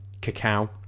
cacao